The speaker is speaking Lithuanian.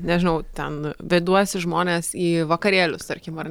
nežinau ten veduosi žmones į vakarėlius tarkim ar